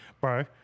bro